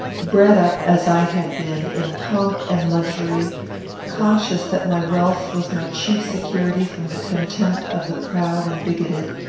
bred up, as i had been, in pomp and luxury conscious that my wealth was my chief security from the contempt of the proud and bigoted,